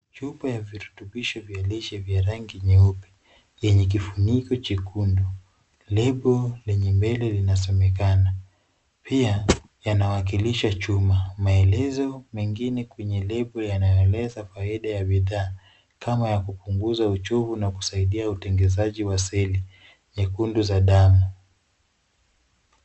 Chupa ya virutubisho vya lishe vya rangi nyeupe yenye kifuniko chekundu. Lebo lenye mbele linasemekana. Pia yanawakilisha chuma. Maelezo mengine kwenye lebo yanaeleza faida za bidhaa kama ya kupunguza uchovu na kusaidia utengenezaji wa seli nyekundu za damu.